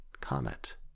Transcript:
comet